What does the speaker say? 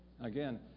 Again